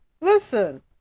Listen